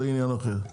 זה עניין אחר.